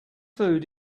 food